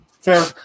fair